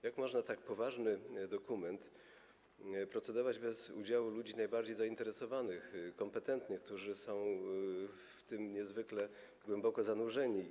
Jak można nad tak poważnym dokumentem procedować bez udziału ludzi najbardziej zainteresowanych i kompetentnych, którzy są w tym niezwykle głęboko zanurzeni?